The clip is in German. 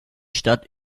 stadt